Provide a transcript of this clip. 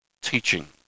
teaching